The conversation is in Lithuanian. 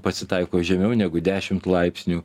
pasitaiko žemiau negu dešimt laipsnių